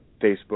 Facebook